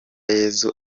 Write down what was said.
yesu